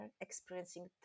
experiencing